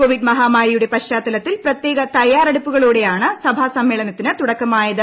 Covid മഹാമാരിയുടെ പശ്ചാത്തലത്തിൽ പ്രത്യേക തയ്യാറെടുപ്പുകളോടെയാണ് സഭാ സമ്മേളനത്തിന് തുടക്കമായത്